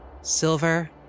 silver